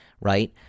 right